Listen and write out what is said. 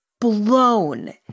blown